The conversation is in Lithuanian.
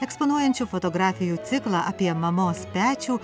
eksponuojančiu fotografijų ciklą apie mamos pečių